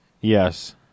Yes